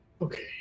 Okay